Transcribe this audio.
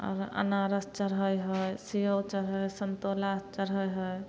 अब अनारस चढ़ै हइ सेब चढ़ै सन्तोला चढ़ै हइ